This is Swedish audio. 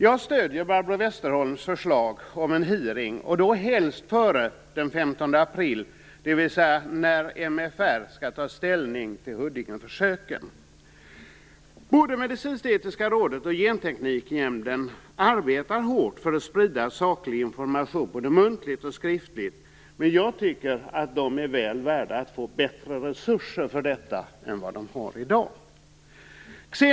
Jag stöder Barbro Westerholms förslag om en hearing, helst före den 15 april när MFR skall ta ställning till Medicinsketiska rådet och Gentekniknämnden arbetar hårt för att sprida saklig information både muntligt och skriftligt. Men jag tycker att de är väl värda att få bättre resurser för detta än vad de har i dag.